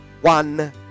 One